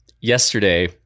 yesterday